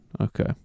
Okay